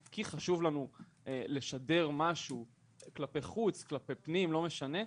כי חשוב לנו לשדר משהו כלפי חוץ או כלפי פנים וזה לא משנה,